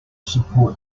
support